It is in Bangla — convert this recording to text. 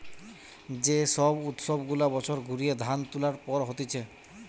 যে সব উৎসব গুলা বছর ঘুরিয়ে ধান তুলার পর হতিছে